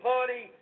Party